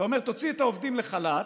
אתה אומר: תוציא את העובדים לחל"ת,